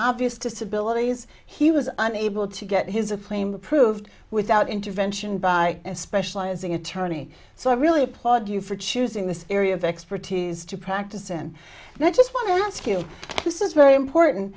obvious disability he was unable to get his aflame approved without intervention by especially as an attorney so i really applaud you for choosing this area of expertise to practice and i just want to ask you this is very important